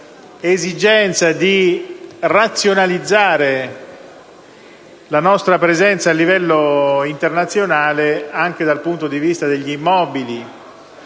esigenza di razionalizzare la nostra presenza a livello internazionale, anche dal punto di vista degli immobili.